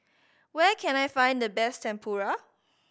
where can I find the best Tempura